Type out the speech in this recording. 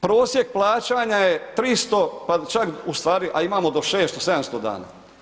Prosjek plaćanja je 300, pa čak ustvari a imamo do 600, 700 dana.